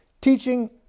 teaching